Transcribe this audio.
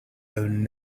own